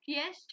Yes